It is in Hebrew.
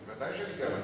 ודאי שגם אני אצביע.